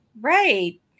Right